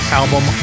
album